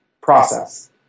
process